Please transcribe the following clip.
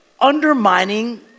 undermining